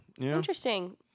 Interesting